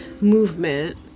movement